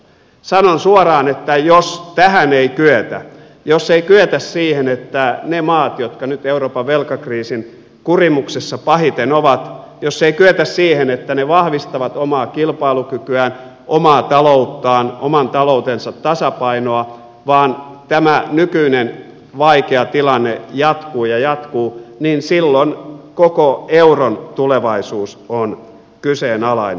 sanon suoraan että jos tähän ei kyetä jos ei kyetä siihen että ne maat jotka nyt euroopan velkakriisin kurimuksessa pahiten ovat jos ei kyetä siihen että ne vahvistavat omaa kilpailukykyään omaa talouttaan oman taloutensa tasapainoa vaan tämä nykyinen vaikea tilanne jatkuu ja jatkuu niin silloin koko euron tulevaisuus on kyseenalainen